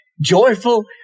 joyful